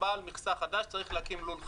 שבעל מכסה חדש צריך להקים לול חדש,